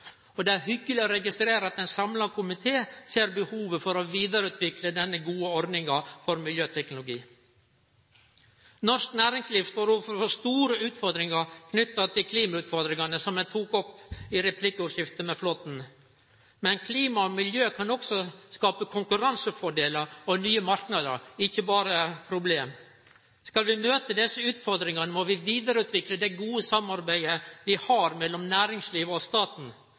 rådvelde. Det er hyggeleg å registrere at ein samla komité ser behovet for å vidareutvikle denne gode ordninga for miljøteknologi. Norsk næringsliv står overfor store utfordringar knytte til klimautfordringane som eg tok opp i replikkordskiftet med Flåtten. Men klima og miljø kan også skape konkurransefordelar og nye marknader, ikkje berre problem. Skal vi møte desse utfordringane, må vi vidareutvikle det gode samarbeidet vi har mellom næringslivet og staten,